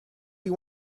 you